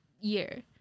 year